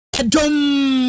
dum